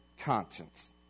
conscience